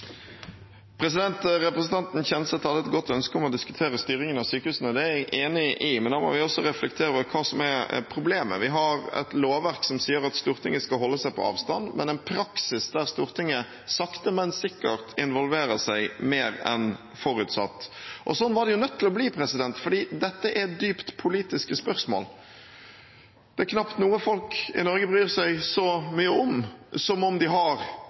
Representanten Audun Lysbakken har hatt ordet to ganger tidligere i debatten og får ordet til en kort merknad, begrenset til 1 minutt. Representanten Kjenseth hadde et godt ønske om å diskutere styringen av sykehusene. Det er jeg enig i, men da må vi også reflektere over hva som er problemet. Vi har et lovverk som sier at Stortinget skal holde seg på avstand, men en praksis der Stortinget sakte, men sikkert involverer seg mer enn forutsatt. Sånn var det nødt til å bli fordi dette er dypt politiske spørsmål. Det er knapt noe folk i